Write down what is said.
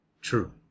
True